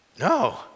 No